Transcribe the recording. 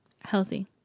healthy